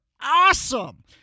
Awesome